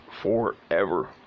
forever